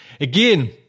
Again